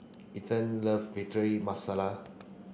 Ethelyn love Masala